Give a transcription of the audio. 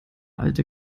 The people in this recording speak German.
alte